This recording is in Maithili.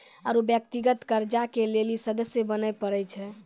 आरु व्यक्तिगत कर्जा के लेली सदस्य बने परै छै